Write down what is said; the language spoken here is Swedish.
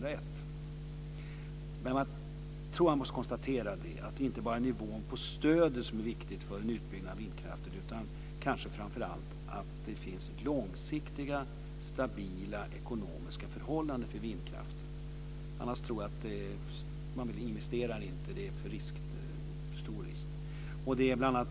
Jag tror att man måste konstatera att det inte bara är nivån på stödet som är viktigt för en utbyggnad av vindkraften, utan det är kanske framför allt att det finns långsiktiga stabila ekonomiska förhållanden för vindkraften. Annars tror jag inte att man investerar - det är för stor risk.